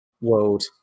world